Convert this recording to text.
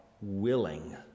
willing